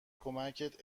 کمکت